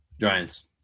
Giants